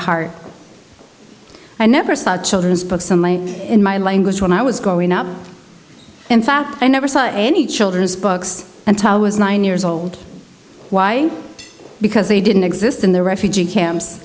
heart i never saw children's books on my in my language when i was growing up in fact i never saw any children's books until was nine years old why because they didn't exist in the refugee camps